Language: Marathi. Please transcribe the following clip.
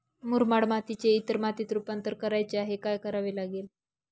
मुरमाड मातीचे इतर मातीत रुपांतर करायचे आहे, काय करावे लागेल?